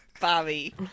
Bobby